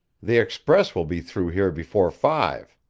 the express will be through here before five.